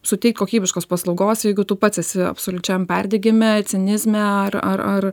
suteik kokybiškos paslaugos jeigu tu pats esi absoliučiam perdegime cinizme ar ar ar